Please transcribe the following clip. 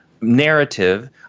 narrative